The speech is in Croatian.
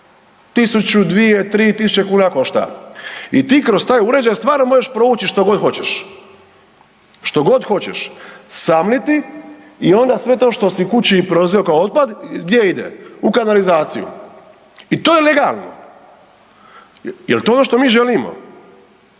sudoper. 1000, 2, 3000 kuna košta i ti kroz taj uređaj stvarno možeš provući što god hoćeš, što god hoćeš. Samliti i onda sve to što si kući proizveo kao otpad, gdje ide? U kanalizaciju i to je legalno. Je li to ono što mi želimo?